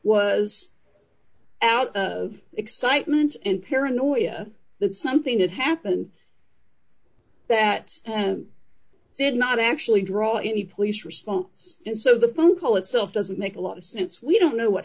was out of excitement and paranoia that something had happened that and did not actually draw any police response and so the phone call itself doesn't make a lot of sense we don't know what